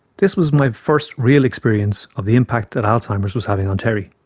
this was my first real experience of the impact that alzheimer's was having on terry.